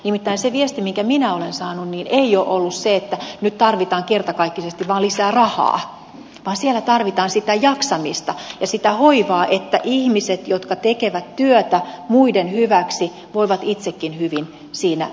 nimittäin se viesti minkä minä olen saanut ei ole ollut se että nyt tarvitaan kertakaikkisesti vaan lisää rahaa vaan siellä tarvitaan sitä jaksamista ja sitä hoivaa että ihmiset jotka tekevät työtä muiden hyväksi voivat itsekin hyvin siinä työtä tehdessään